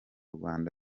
rwanda